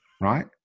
right